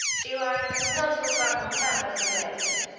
you are not so far from help as you imagine.